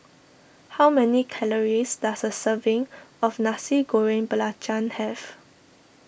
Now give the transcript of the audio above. how many calories does a serving of Nasi Goreng Belacan have